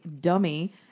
dummy